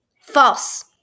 False